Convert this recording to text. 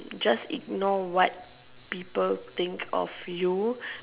just ignore what people think of you